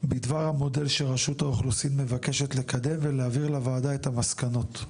בדבר המודל של רשות האוכלוסין מבקשת לקדם ולהעביר לוועדה את המסקנות,